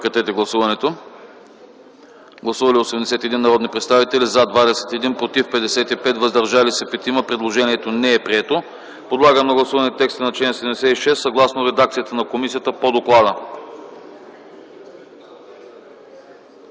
комисията не подкрепя. Гласували 90 народни представители: за 21, против 60, въздържали се 9. Предложението не е прието. Подлагам на гласуване текста на чл. 69, съгласно редакцията на комисията по доклада.